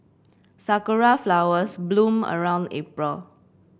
sakura flowers bloom around April